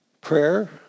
Prayer